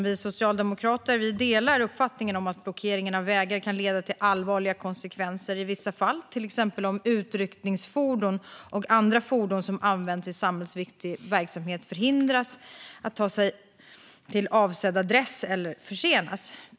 Vi socialdemokrater delar uppfattningen att blockering av vägar kan leda till allvarliga konsekvenser i vissa fall, till exempel om utryckningsfordon och andra fordon som används i samhällsviktig verksamhet förhindras att ta sig till avsedd adress eller försenas.